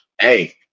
hey